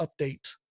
update